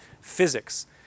physics